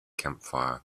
campfire